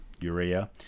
urea